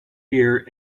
hear